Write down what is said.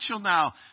now